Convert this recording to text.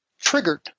triggered